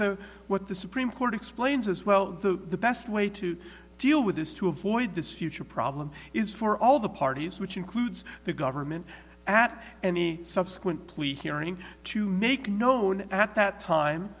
the what the supreme court explains as well the best way to deal with this to avoid this future problem is for all the parties which includes the government at any subsequent plea hearing to make known at that time